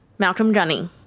malcolm gunning.